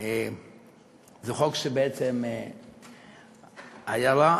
הוא חוק שהיה רע